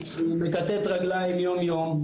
אני מכתת את רגליי יום יום.